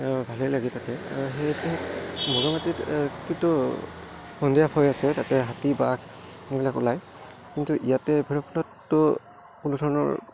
ভালেই লাগে তাতে সে বগামাটিত কিন্তু সন্ধিয়া তাতে হাতী বাঘ এইেইবিলাক ওলায় কিন্তু ইয়াতে কোনো ধৰণৰ